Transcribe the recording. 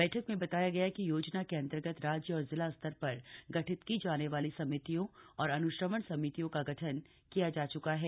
बैठक में बताया गया कि योजना के अंतर्गत राज्य और जिला स्तर पर गठित की जाने वाली समितियों और अन्श्रवण समितियों का गठन किया जा च्का है